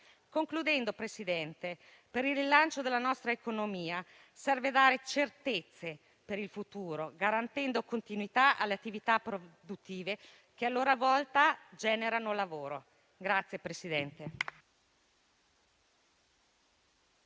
Concludendo, Presidente, per il rilancio della nostra economia serve dare certezze per il futuro, garantendo continuità alle attività produttive che a loro volta generano lavoro.